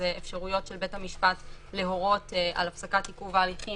אלו אפשרויות של בית המשפט להורות על הפסקת עיכוב ההליכים